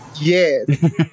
Yes